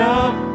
up